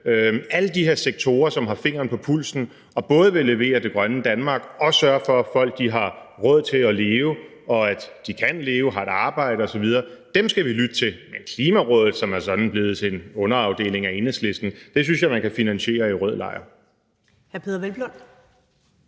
Alle de her sektorer har fingeren på pulsen og vil både levere Det Grønne Danmark og sørge for, at folk har råd til at leve, og at de kan leve, har et arbejde osv. Dem skal vi lytte til, men Klimarådet, som er blevet til en underafdeling af Enhedslisten, synes jeg man kan finansiere i rød lejr.